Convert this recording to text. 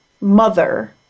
mother